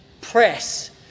press